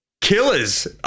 Killers